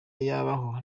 yabaho